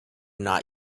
not